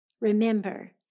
Remember